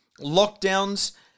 lockdowns